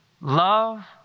love